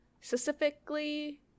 specifically